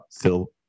Phil